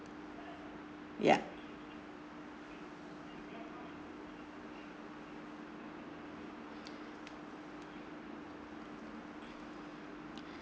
yup